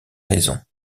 raison